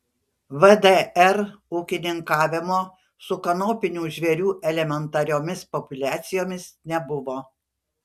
vdr ūkininkavimo su kanopinių žvėrių elementariomis populiacijomis nebuvo